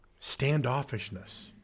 standoffishness